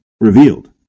revealed